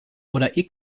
oder